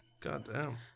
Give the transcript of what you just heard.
goddamn